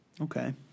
Okay